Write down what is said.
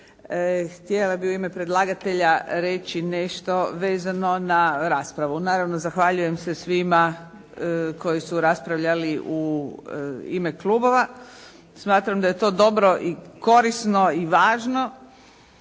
htjela bih u ime predlagatelja reći nešto vezano na raspravu. Naravno zahvaljujem se svima koji su raspravljali u ime klubova. Smatram da je to dobro i korisno i važno